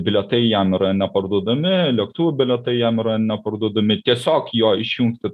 bilietai jam yra neparduodami lėktuvų bilietai jam yra neparduodami tiesiog jo išjungti